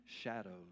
shadows